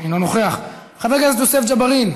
אינו נוכח, חבר הכנסת יוסף ג'בארין,